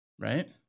Right